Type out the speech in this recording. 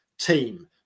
team